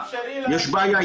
יש בעיה.